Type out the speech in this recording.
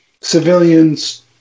civilians